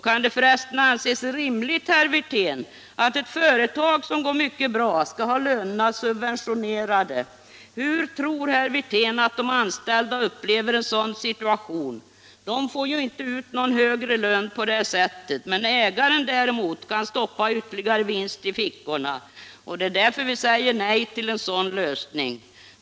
Kan det f. ö., herr Wirtén, anses rimligt att ett företag som går mycket bra skall få lönerna subventionerade? Hur tror herr Wirtén att de anställda — Åtgärder för textilupplever en sådan situation? De får ju inte ut någon högre lön på det — och konfektionssättet, men ägaren kan däremot stoppa ytterligare vinster i fickorna. Det — industrierna är också därför vi säger nej till den föreslagna lösningen.